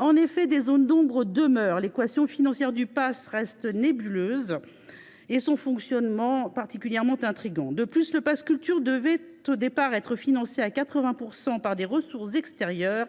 En effet, des zones d’ombre demeurent. L’équation financière du pass reste nébuleuse et son fonctionnement particulièrement intrigant. De plus, il devait, au départ, être financé à hauteur de 80 % par des ressources extérieures.